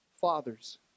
fathers